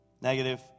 Negative